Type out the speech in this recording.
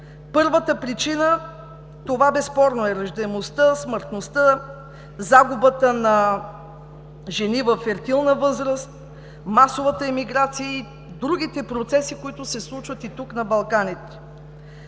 Първата причина, това безспорно е раждаемостта, смъртността, загубата на жени във фертилна възраст, масовата имиграция и другите процеси, които се случват и тук на Балканите.